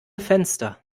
fenster